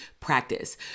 practice